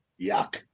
Yuck